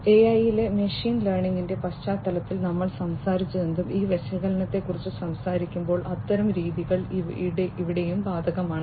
അതിനാൽ AI യിലെ machine ലേണിംഗിന്റെ പശ്ചാത്തലത്തിൽ നമ്മൾ സംസാരിച്ചതെന്തും ഈ വിശകലനത്തെക്കുറിച്ച് സംസാരിക്കുമ്പോൾ അത്തരം രീതികൾ ഇവിടെയും ബാധകമാണ്